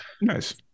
Nice